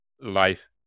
life